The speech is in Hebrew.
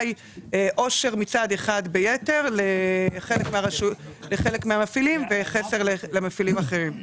היא אושר מצד אחד ביתר לחלק מהמפעלים וחסר למפעילים אחרים.